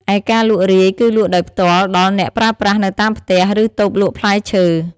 ឯការលក់រាយ គឺលក់ដោយផ្ទាល់ដល់អ្នកប្រើប្រាស់នៅតាមផ្ទះ ឬតូបលក់ផ្លែឈើ។